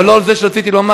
אבל לא את זה רציתי לומר.